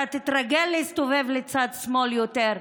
אתה תתרגל להסתובב לצד שמאל יותר,